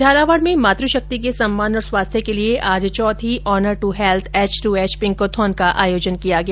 झालावाड़ में मातृ शक्ति के सम्मान और स्वास्थ्य के लिए आज चौथी honour to health H two H pinkathon का आयोजन किया गया